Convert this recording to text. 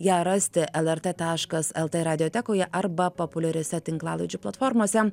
ją rasti lrt taškas lt radiotekoje arba populiariose tinklalaidžių platformose